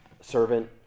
servant